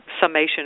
summation